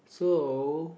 so